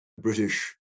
British